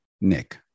Nick